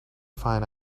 find